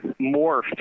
morphed